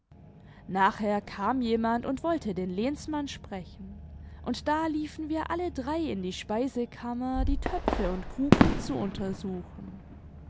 nachher kam jemand und wollte den lehnsmann sprechen imd da liefen wir alle drei in die speisekanmier die töpfe und kruken zu untersuchen